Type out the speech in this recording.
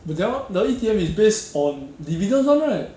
the that one the E_T_F is based on dividend [one] right